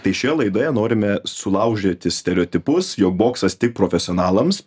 tai šioje laidoje norime sulaužyti stereotipus jog boksas tik profesionalams